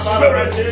Spirit